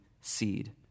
seed